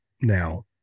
now